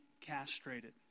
castrated